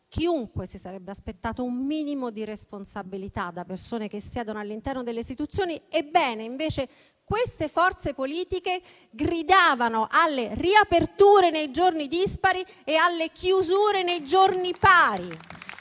chiunque si sarebbe aspettato un minimo di responsabilità da persone che siedono all'interno delle istituzioni, gridavano alle riaperture nei giorni dispari e alle chiusure nei giorni pari